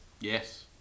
Yes